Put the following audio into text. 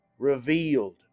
Revealed